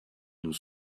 nous